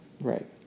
Right